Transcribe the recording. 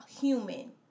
human